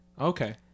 okay